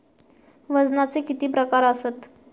वजनाचे किती प्रकार आसत?